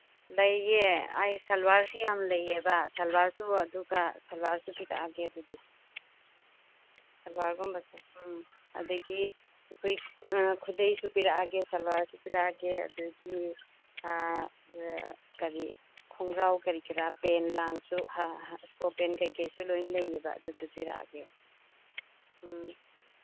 ꯂꯩꯌꯦ ꯑꯩ ꯁꯜꯋꯥꯔꯁꯤ ꯌꯥꯝ ꯂꯩꯌꯦꯕ ꯁꯜꯋꯥꯔꯁꯨ ꯑꯗꯨꯒ ꯁꯜꯋꯥꯔꯁꯨ ꯄꯤꯔꯛꯑꯒꯦ ꯑꯗꯨꯗꯤ ꯁꯜꯋꯥꯔꯒꯨꯝꯕꯁꯤ ꯎꯝ ꯑꯗꯒꯤ ꯑꯩꯈꯣꯏ ꯈꯨꯗꯩꯁꯨ ꯄꯤꯔꯛꯑꯒꯦ ꯁꯜꯋꯥꯔꯁꯨ ꯄꯤꯔꯛꯑꯒꯦ ꯑꯗꯒꯤ ꯀꯔꯤ ꯈꯣꯡꯒ꯭ꯔꯥꯎ ꯀꯔꯤ ꯀꯔꯥ ꯄꯦꯟ ꯂꯥꯡꯁꯨ ꯏꯁꯄꯣꯔꯠ ꯄꯦꯟꯁꯨ ꯀꯔꯤ ꯀꯔꯥꯁꯨ ꯂꯣꯏꯅ ꯂꯩꯌꯦꯕ ꯑꯗꯨꯁꯨ ꯄꯤꯔꯛꯑꯒꯦ ꯎꯝ